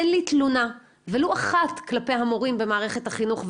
אין לי תלונה ולו אחת כלפי המורים במערכת החינוך2